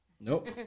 Nope